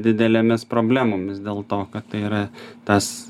didelėmis problemomis dėl to kad tai yra tas